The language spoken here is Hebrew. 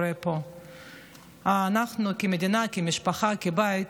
אנחנו כמדינה, כמשפחה, כבית,